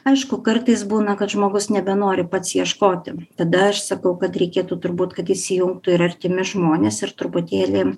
aišku kartais būna kad žmogus nebenori pats ieškoti tada aš sakau kad reikėtų turbūt kad įsijungtų ir artimi žmonės ir truputėlį